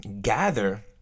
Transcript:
gather